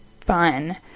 fun